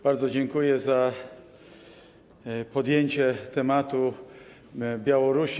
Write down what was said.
Bardzo dziękuję za podjęcie tematu Białorusi.